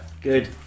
Good